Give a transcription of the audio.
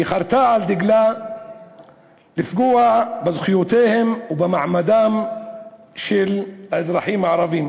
שחרתה על דגלה לפגוע בזכויותיהם ובמעמדם של האזרחים הערבים,